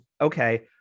okay